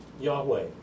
Yahweh